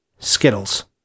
skittles